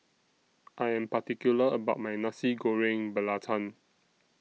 I Am particular about My Nasi Goreng Belacan